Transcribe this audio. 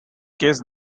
case